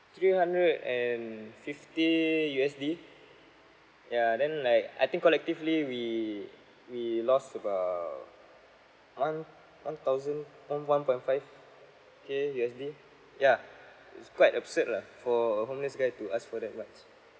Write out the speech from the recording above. three hundred and fifty U_S_D ya then like I think collectively we we lost about one one thousand one one point five K U_S_D yeah it's quite absurd lah for a homeless guy to ask for that much